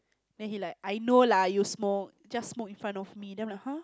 then he like I know lah you smoke just smoke in front of me then I'm like [huh]